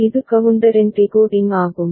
இது கவுண்டரின் டிகோடிங் ஆகும்